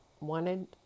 wanted